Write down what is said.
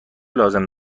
لازم